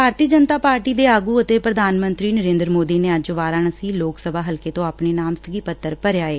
ਭਾਰਤੀ Janata Party ਦੇ ਆਗੂ ਅਤੇ ਪ੍ਰਧਾਨ ਮੰਤਰੀ ਨਰੇਂਦਰ ਮੋਦੀ ਨੇ ਅੱਜ ਵਾਰਾਨਸੀ ਲੋਕ ਸਭਾ ਹਲਕੇ ਤੋਂ ਆਪਣਾ ਨਾਮਜ਼ਦਗੀ ਪੱਤਰ ਭਰਿਆ ਏ